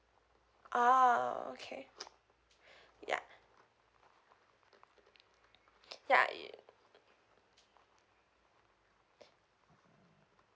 ah okay ya ya it